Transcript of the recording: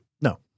No